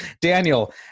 Daniel